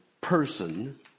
person